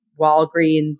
Walgreens